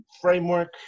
framework